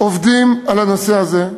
עובדים על הנושא הזה.